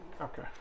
Okay